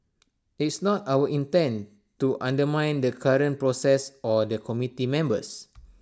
it's not our intent to undermine the current process or the committee members